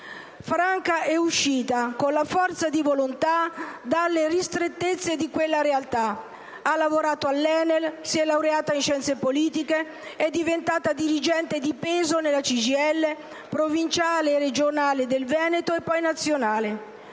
Franca è uscita con la forza di volontà dalle ristrettezze di quella realtà, ha lavorato all'ENEL, si è laureata in scienze politiche, è diventata dirigente di peso nella CGIL provinciale e regionale del Veneto, e poi nazionale.